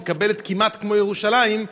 מקבלת כמעט כמו ירושלים,